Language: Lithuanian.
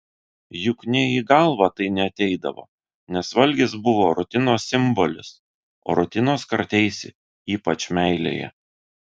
juk nė į galvą tai neateidavo nes valgis buvo rutinos simbolis o rutinos krateisi ypač meilėje